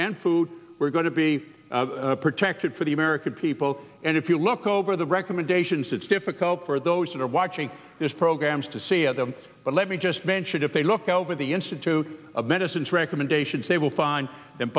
and food were going to be protected for the american people and if you look over the recommendations it's difficult for those that are watching those programs to see them but let me just ventured if they look over the institute of medicines recommendations they will find that